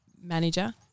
manager